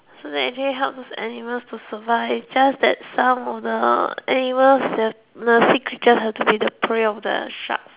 so they actually help those animals to survive just that some of the animals the the sea creatures have to be the prey of the sharks